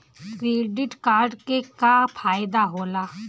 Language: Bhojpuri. क्रेडिट कार्ड के का फायदा होला?